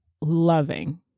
loving